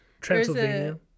Transylvania